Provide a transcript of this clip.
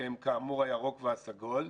הם כאמור הירוק והסגול,